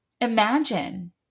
Imagine